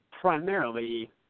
primarily